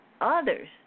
others